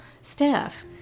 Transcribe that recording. Steph